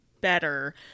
better